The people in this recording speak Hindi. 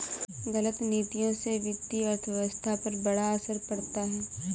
गलत नीतियों से वित्तीय अर्थव्यवस्था पर बड़ा असर पड़ता है